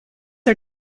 are